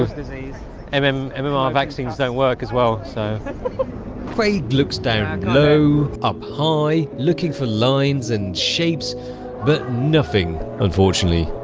um um i mean our vaccines don't work as well. so kraig looks down and low up high looking for lines and shapes but nothing, unfortunately